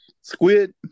squid